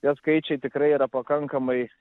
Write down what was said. tie skaičiai tikrai yra pakankamai